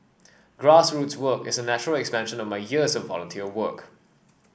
grassroots work is a natural extension of my years of volunteer work